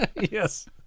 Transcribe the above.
Yes